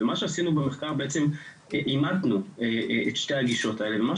מה שעשינו במחקר הזה זה שבעצם אימתנו את שתי הגישות האלה ומה